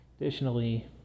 Additionally